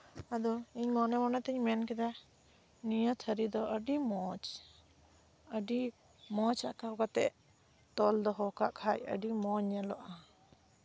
ᱟᱫᱚ ᱤᱧ ᱢᱚᱱᱮ ᱢᱚᱱᱮ ᱛᱤᱧ ᱢᱮᱱ ᱠᱮᱫᱟ ᱱᱤᱭᱟᱹ ᱛᱷᱟᱹᱨᱤ ᱫᱚ ᱟᱹᱰᱤ ᱢᱚᱸᱡᱽ ᱟᱹᱰᱤ ᱢᱚᱸᱡᱽ ᱟᱸᱠᱟᱣ ᱠᱟᱛᱮᱫ ᱛᱚᱞ ᱫᱚᱦᱚ ᱠᱟᱜ ᱠᱷᱟᱱ ᱟᱹᱰᱤ ᱢᱚᱸᱡᱽ ᱧᱮᱞᱚᱜᱼᱟ